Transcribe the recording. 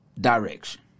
direction